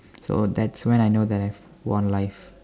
so that's when I know that I've won life